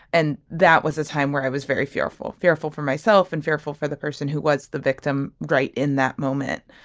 and that was a time where i was very fearful fearful for myself and fearful for the person who was the victim right in that moment.